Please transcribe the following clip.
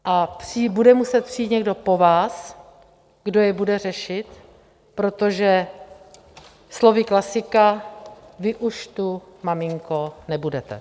A bude muset přijít někdo pro vás, kdo je bude řešit, protože slovy klasika: vy už tu, maminko, nebudete.